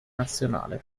nazionale